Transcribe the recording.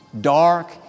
dark